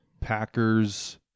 Packers